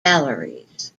galleries